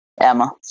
Emma